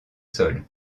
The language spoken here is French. sol